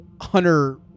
hunter